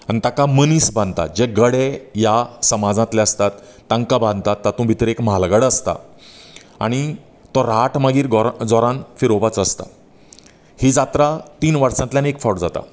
आनी ताका मनीस बांदतात जे गडे ह्या समाजातलें आसतात तांकां बांदतात तातूंत भितर एक म्हालगडो आसता आनी तो राट मागीर गोर तो जोरान फिरोवपाचो आसता ही जात्रा तीन वर्सांतल्यान एक फावट जाता